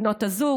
בנות הזוג,